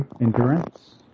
Endurance